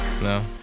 No